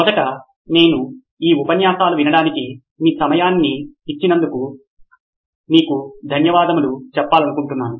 మొదట నేను ఈ ఉపన్యాసాలు వినడానికి మీ సమయాన్ని వెచ్చించినందుకు మీకు ధన్యవాదాలు చెప్పాలనుకుంటున్నాను